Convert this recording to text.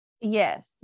Yes